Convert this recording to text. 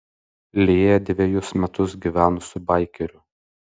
lėja dvejus metus gyveno su baikeriu